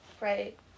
Right